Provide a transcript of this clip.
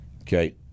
Okay